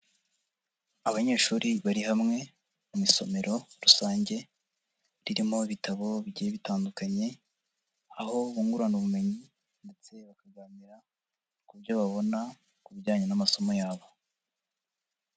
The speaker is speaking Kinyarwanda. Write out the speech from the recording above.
Abanyeshuri bari hamwe mu isomero rusange ririmo ibitabo bigiye bitandukanye, aho bungurana ubumenyi ndetse bakaganira ku byo babona, ku bijyanye n'amasomo yabo.